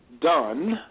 done